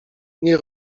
nie